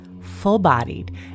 full-bodied